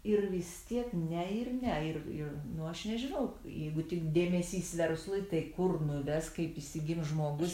ir vis tiek ne ir ne ir ir nu aš nežinau jeigu tik dėmesys verslui tai kur nuves kaip išsigims žmogus